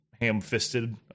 ham-fisted